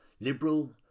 Liberal